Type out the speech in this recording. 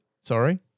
sorry